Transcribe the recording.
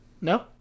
No